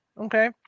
okay